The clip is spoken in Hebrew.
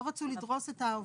כן, לא רצו לדרוס את העובד,